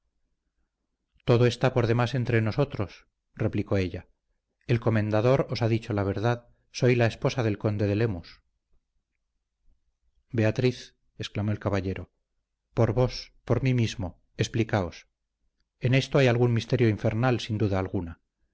todo está por demás entre nosotros replicó ella el comendador os ha dicho la verdad soy la esposa del conde de lemus beatriz exclamó el caballero por vos por mí mismo explicaos en esto hay algún misterio infernal sin duda alguna